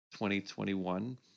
2021